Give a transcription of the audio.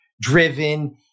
driven